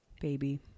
baby